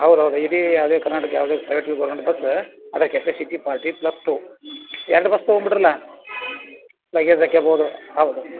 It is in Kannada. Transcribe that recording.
ಹೌದು ಹೌದು ಇಡೀ ಯಾವ್ದೇ ಕರ್ನಾಟಕ ಯಾವುದೇ ಪ್ರೈವೇಟಿಂದ್ ಗೌರ್ಮೆಂಟ್ ಬಸ್ಸು ಅದ್ರ ಕೆಪೇಸಿಟಿ ಫಾರ್ಟಿ ಪ್ಲಸ್ ಟೂ ಎರಡು ಬಸ್ ತೊಗೊಂಡ್ಬಿಡ್ರಲ್ಲ ಲಗೇಜ್ ಹಾಕ್ಕಬೋದು ಹೌದು